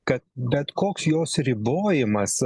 kad bet koks jos ribojimas